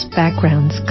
backgrounds